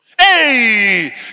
Hey